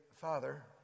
Father